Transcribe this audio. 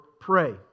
pray